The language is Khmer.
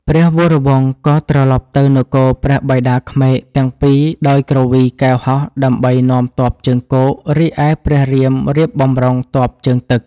ព្រះវរវង្សក៏ត្រឡប់ទៅនគរព្រះបិតាក្មេកទាំងពីរដោយគ្រវីកែវហោះដើម្បីនាំទ័ពជើងគោក រីឯព្រះរៀមរៀបបម្រុងទ័ពជើងទឹក។